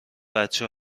بچه